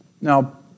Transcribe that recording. Now